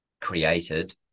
created